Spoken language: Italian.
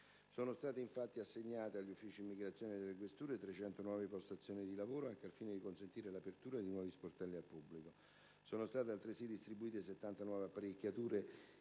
Sono state, infatti, assegnate agli uffici immigrazione delle questure 300 nuove postazioni di lavoro, anche al fine di consentire l'apertura di nuovi sportelli al pubblico. Sono state, altresì, distribuite 70 nuove apparecchiature